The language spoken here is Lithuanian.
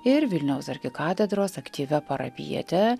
ir vilniaus arkikatedros aktyvia parapijiete